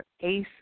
Ace